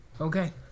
okay